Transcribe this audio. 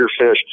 fish